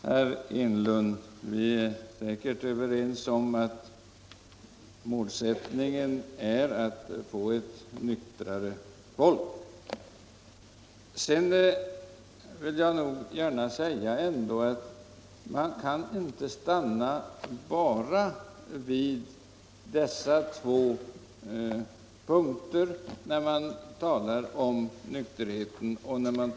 Nr 37 Herr talman! Ja, herr Enlund, vi är säkert överens om att målsättningen Torsdagen den är att få ett nyktrare folk. 13 mars 1975 Sedan vill jag ändå gärna säga att man inte kan stanna bara vid dessa. LL två punkter, när man talar om nykterheten och anslagen.